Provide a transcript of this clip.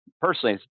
personally